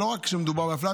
לא רק שמדובר באפליה,